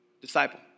disciple